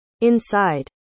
inside